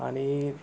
आणि